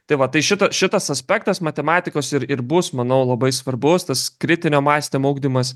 tai va tai šita šitas aspektas matematikos ir ir bus manau labai svarbus tas kritinio mąstymo ugdymas